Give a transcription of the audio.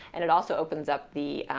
and it also opens up the.